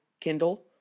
Kindle